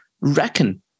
reckon